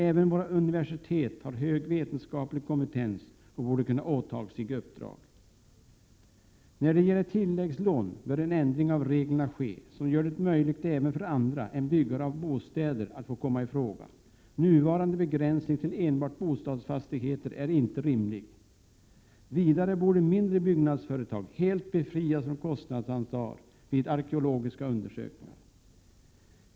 Även våra universitet har hög vetenskaplig kompetens och borde kunna åta sig uppdrag. När det gäller tilläggslån bör en ändring av reglerna ske som gör det möjligt även för andra än byggare av bostäder att få komma i fråga. Nuvarande begränsning till enbart bostadsfastigheter är inte rimlig. Vidare borde mindre byggnadsföretag helt befrias från kostnadsansvar vid arkeologiska undersökningar.